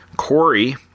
Corey